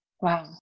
Wow